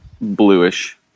bluish